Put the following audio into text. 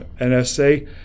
NSA